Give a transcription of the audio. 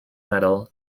medal